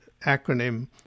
acronym